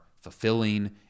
fulfilling